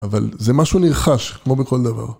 אבל זה משהו נרחש כמו בכל דבר.